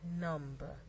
number